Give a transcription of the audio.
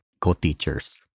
co-teachers